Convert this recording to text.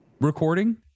recording